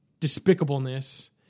despicableness